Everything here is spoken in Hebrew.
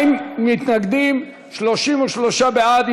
40 מתנגדים, 33 בעד.